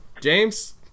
James